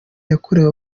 yakorewe